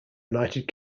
united